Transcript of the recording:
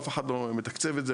אף אחד לא מתקצב את הפרויקט הזה,